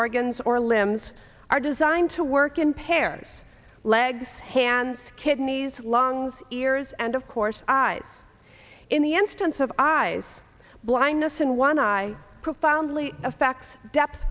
organs or limbs are designed to work in pairs legs hands kidneys lungs ears and of course eyes in the instance of eyes blindness in one eye profoundly affects depth